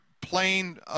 plain